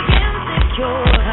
insecure